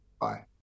bye